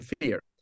fear